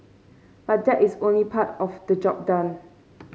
but that is only part of the job done